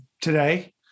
today